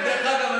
דרך אגב,